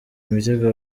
imitego